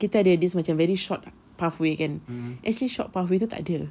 kita ada this macam very short pathway kan actually short pathway tu tak ada